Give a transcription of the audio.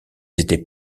étaient